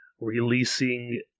releasing